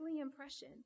impression